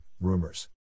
Rumors